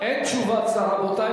אין תשובת שר בינתיים,